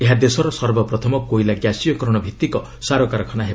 ଏହା ଦେଶର ସର୍ବପ୍ରଥମ କୋଇଲା ଗ୍ୟାସୀୟକରଣ ଭିତ୍ତିକ ସାର କାରଖାନା ହେବ